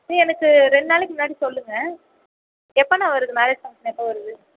நீ எனக்கு ரெண்டு நாளைக்கு முன்னாடி சொல்லுங்கள் எப்போண்ணா வருது மேரேஜு ஃபங்க்ஷன் எப்போ வருது